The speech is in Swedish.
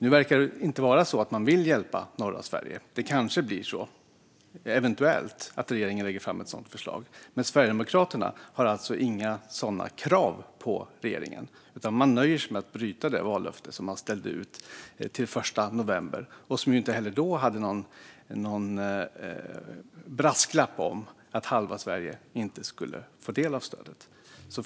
Nu verkar det inte vara så att man vill hjälpa norra Sverige. Det kanske blir så att regeringen lägger fram ett sådant förslag, men Sverigedemokraterna har alltså inga sådana krav på regeringen. Man nöjer sig i stället med att bryta det vallöfte man ställde ut, det vill säga ersättning till den 1 november - ett löfte som inte heller då innehöll någon brasklapp om att halva Sverige inte skulle få del av stödet.